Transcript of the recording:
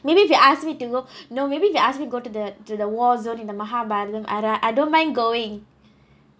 maybe if you ask me to go no maybe if you ask me go to the to the war zone in the mahabalipuram I ah I don't mind going